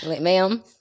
Ma'am